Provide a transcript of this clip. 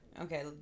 Okay